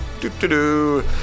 do-do-do